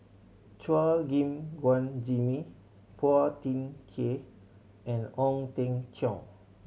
Chua Gim Guan Jimmy Phua Thin Kiay and Ong Teng Cheong